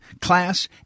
class